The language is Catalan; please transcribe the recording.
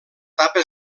tapa